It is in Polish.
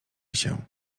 się